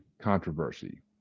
controversy